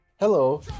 Hello